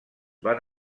van